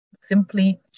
simply